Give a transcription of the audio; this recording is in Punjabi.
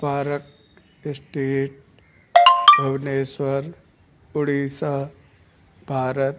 park Street Bhubaneswar Odisha Bharat